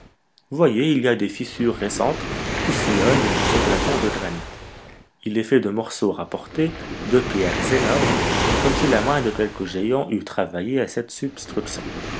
voyez il y a des fissures récentes qui sillonnent ce plafond de granit il est fait de morceaux rapportés de pierres énormes comme si la main de quelque géant eût travaillé à cette substruction